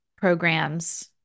programs